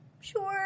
sure